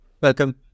Welcome